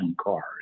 cars